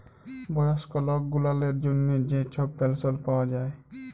বয়স্ক লক গুলালের জ্যনহে যে ছব পেলশল পাউয়া যায়